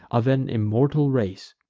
of an immortal race.